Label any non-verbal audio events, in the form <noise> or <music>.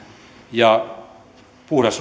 ja puhdas <unintelligible>